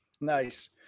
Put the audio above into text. Nice